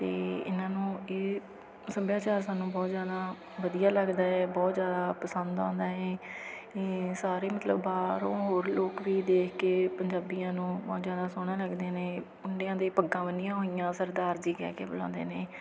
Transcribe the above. ਅਤੇ ਇਹਨਾਂ ਨੂੰ ਇਹ ਸੱਭਿਆਚਾਰ ਸਾਨੂੰ ਬਹੁਤ ਜ਼ਿਆਦਾ ਵਧੀਆ ਲੱਗਦਾ ਹੈ ਬਹੁਤ ਜ਼ਿਆਦਾ ਪਸੰਦ ਆਉਂਦਾ ਹੈ ਇਹ ਸਾਰੇ ਮਤਲਬ ਬਾਹਰੋਂ ਹੋਰ ਲੋਕ ਵੀ ਦੇਖ ਕੇ ਪੰਜਾਬੀਆਂ ਨੂੰ ਜ਼ਿਆਦਾ ਸੋਹਣਾ ਲੱਗਦੇ ਨੇ ਮੁੰਡਿਆਂ ਦੇ ਪੱਗਾਂ ਬੰਨੀਆਂ ਹੋਈਆਂ ਸਰਦਾਰ ਜੀ ਕਹਿ ਕੇ ਬੁਲਾਉਂਦੇ ਨੇ